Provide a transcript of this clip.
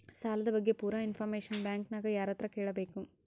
ಸಾಲದ ಬಗ್ಗೆ ಪೂರ ಇಂಫಾರ್ಮೇಷನ ಬ್ಯಾಂಕಿನ್ಯಾಗ ಯಾರತ್ರ ಕೇಳಬೇಕು?